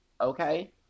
Okay